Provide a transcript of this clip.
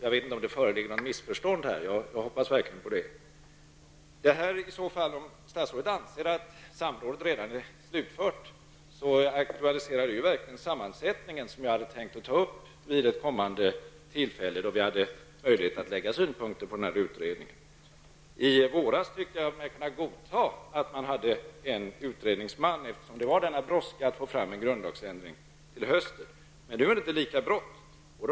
Jag vet inte om det föreligger något missförstånd här. Jag hoppas verkligen på det. Om statsrådet anser att samrådet är slutfört, aktualiserar det sammansättningen som jag hade tänkt ta upp vid ett kommande tillfälle när vi kan lägga fram synpunkter på utredningen. I våras tyckte jag mig kunna godta att det fanns en utredningsman, då det brådskade att få fram en grundlagsändring till hösten. Men nu är det inte lika brått.